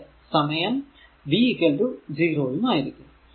അതെ സമയം v 0 ആയിരിക്കും